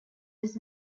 does